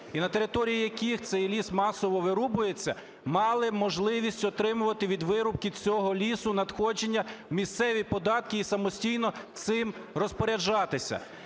і на території яких цей ліс масово вирубується, мали можливість отримувати від вирубки цього лісу надходження у місцеві податки і самостійно цим розпоряджатися.